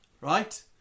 right